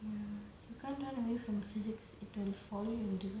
ya you can't run away from physics it will follow you